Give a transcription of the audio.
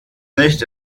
nicht